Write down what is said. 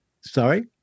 sorry